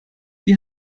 die